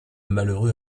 malheureux